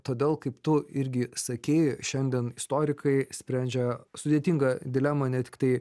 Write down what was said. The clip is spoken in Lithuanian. todėl kaip tu irgi sakei šiandien istorikai sprendžia sudėtingą dilemą ne tiktai